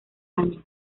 año